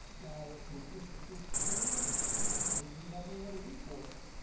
now, would mr. smith pay them? no, if he had no other recourse,